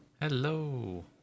hello